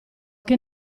che